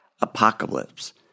apocalypse